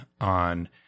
on